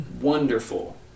Wonderful